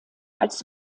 als